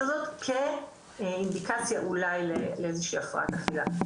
הזאת כאינדיקציה אולי לאיזושהי הפרעת אכילה.